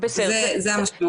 זה המשמעות שלו.